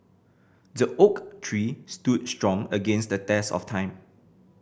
the oak tree stood strong against the test of time